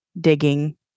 digging